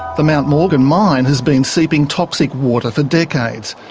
the mount morgan mine has been seeping toxic water for decades,